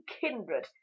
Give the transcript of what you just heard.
kindred